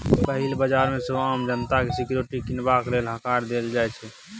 पहिल बजार मे सेहो आम जनता केँ सिक्युरिटी कीनबाक लेल हकार देल जाइ छै